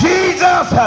Jesus